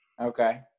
Okay